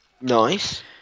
Nice